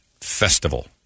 Festival